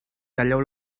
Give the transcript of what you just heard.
talleu